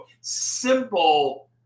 simple